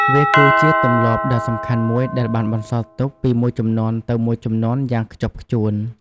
វាគឺជាទម្លាប់ដ៏សំខាន់មួយដែលបានបន្សល់ទុកពីមួយជំនាន់ទៅមួយជំនាន់យ៉ាងខ្ជាប់ខ្ជួន។